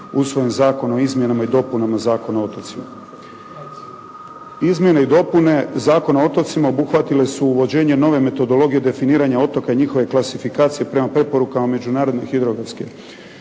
usvojen Zakon o izmjenama i dopunama Zakona o otocima. Izmjene i dopune Zakona o otocima obuhvatile su uvođenje nove metodologije definiranja otoka i njihove klasifikacije prema preporukama Međunarodne hidrografske